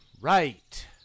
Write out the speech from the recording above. Right